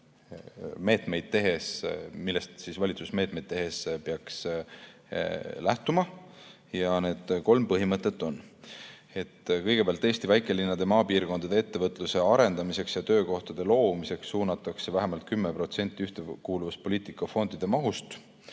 otsustada ja millest valitsus meetmeid tehes peaks lähtuma. Ja need kolm põhimõtet on järgmised. Kõigepealt, Eesti väikelinnade ja maapiirkondade ettevõtluse arendamiseks ja töökohtade loomiseks suunatakse vähemalt 10% ühtekuuluvuspoliitika fondide mahust,